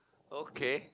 okay